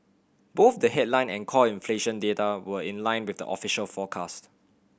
both the headline and core inflation data were in line with the official forecast